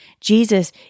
Jesus